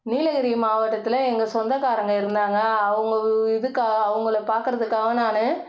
நீலகிரி மாவட்டத்தில் எங்கள் சொந்தகாரங்கள் இருந்தாங்க அவங்க இதுக்கு அவங்கள பார்க்குறதுக்காக நான்